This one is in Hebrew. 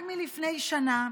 רק מלפני שנה,